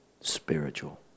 spiritual